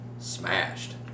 Smashed